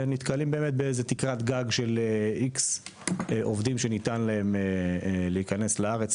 אבל הם נתקלים באיזו תקרת גג של x עובדים שניתן להם להיכנס לארץ,